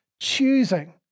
choosing